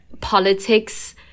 politics